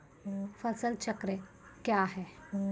फसल चक्रण कया हैं?